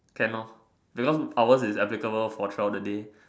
can lor because ours it's applicable for throughout the day